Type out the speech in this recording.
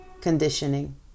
conditioning